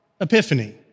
Epiphany